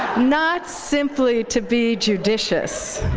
not simply to be judicious